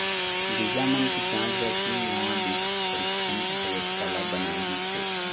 बीजा मन के जांच बर तीन नवा बीज परीक्छन परयोगसाला बनाए गिस हे